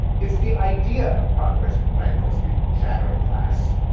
it's the idea of progress that rankles the chattering class.